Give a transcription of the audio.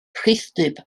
rhithdyb